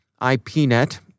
IPNet